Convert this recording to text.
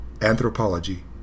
anthropology